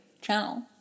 channel